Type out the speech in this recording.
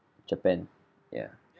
japan ya